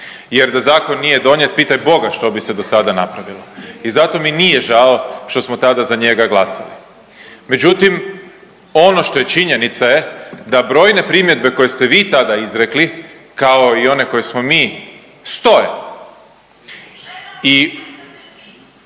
jer da zakon nije donijet pitaj Boga što bi se dosada napravilo i zato mi nije žao što smo tada za njega glasali. Međutim ono što je činjenica je da brojne primjedbe koje ste vi tada izrekli kao i one koje smo mi, stoje i…